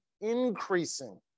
increasing